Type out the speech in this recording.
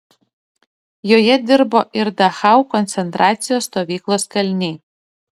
joje dirbo ir dachau koncentracijos stovyklos kaliniai